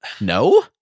no